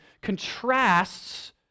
contrasts